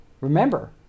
Remember